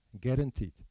guaranteed